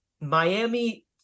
Miami